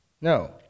no